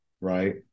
right